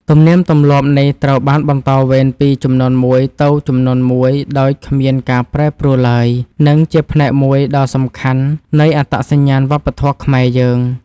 ទំនៀមទម្លាប់នេះត្រូវបានបន្តវេនពីជំនាន់មួយទៅជំនាន់មួយដោយគ្មានការប្រែប្រួលឡើយ និង ជាផ្នែកមួយដ៏សំខាន់នៃអត្តសញ្ញាណវប្បធម៌ខ្មែរយើង។